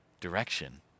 direction